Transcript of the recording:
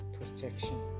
Protection